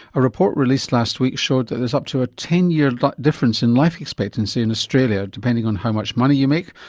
a report released last week showed that there's up to ah ten year difference in life expectancy in australia, depending on how much money you make,